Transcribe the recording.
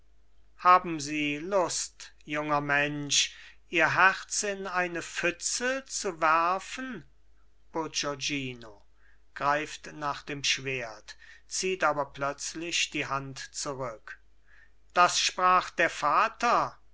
haben sie lust junger mensch ihr herz in eine pfütze zu werfen bourgognino greift nach dem schwert zieht aber plötzlich die hand zurück das sprach der vater